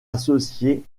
associée